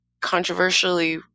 controversially